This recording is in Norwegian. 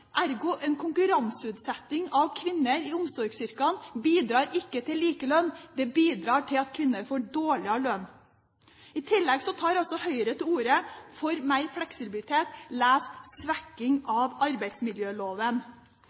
Ergo bidrar ikke en konkurranseutsetting for kvinner i omsorgsyrkene til likelønn, det bidrar til at kvinner får dårligere lønn. I tillegg tar Høyre til orde for mer fleksibilitet – les: svekking av arbeidsmiljøloven.